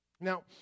Now